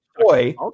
toy